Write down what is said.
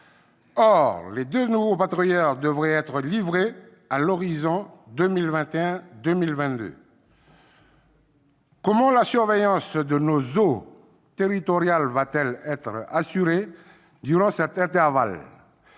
Or les deux nouveaux patrouilleurs devraient être livrés à l'horizon 2021-2022. Comment la surveillance de nos eaux territoriales va-t-elle être assurée durant cet intervalle ?